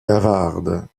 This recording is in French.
gavard